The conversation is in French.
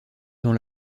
dans